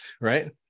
right